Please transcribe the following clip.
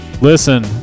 listen